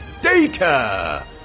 data